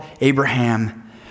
Abraham